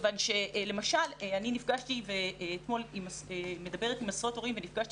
כיוון שלמשל אני מדברת עם עשרות הורים ואתמול נפגשתי